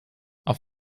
auf